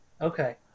Okay